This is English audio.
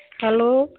hello